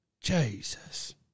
Jesus